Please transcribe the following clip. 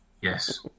Yes